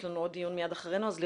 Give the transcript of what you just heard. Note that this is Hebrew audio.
יש לנו מיד עוד דיון לאחר הדיון הזה.